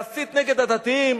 להסית נגד הדתיים,